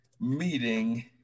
meeting